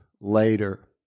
later